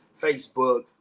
Facebook